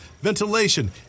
ventilation